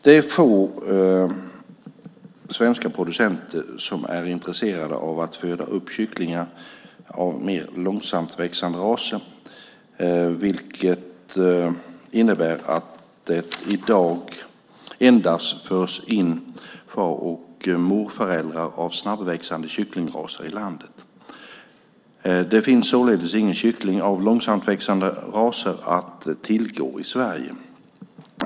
Det är få svenska producenter som är intresserade av att föda upp kycklingar av mer långsamväxande raser, vilket innebär att det i dag endast förs in far och morföräldrar av snabbväxande kycklingraser i landet. Det finns således inga kycklingar av långsamväxande raser att tillgå i Sverige.